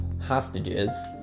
hostages